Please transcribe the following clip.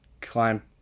climb